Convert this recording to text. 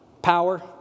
power